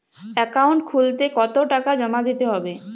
Account খুলতে কতো টাকা জমা দিতে হবে?